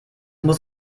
muss